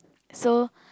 so